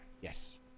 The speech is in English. yes